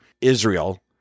Israel